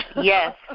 Yes